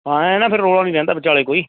ਹਾਂ ਐਂ ਨਾ ਫਿਰ ਰੌਲਾ ਨਹੀਂ ਰਹਿੰਦਾ ਵਿਚਾਲੇ ਕੋਈ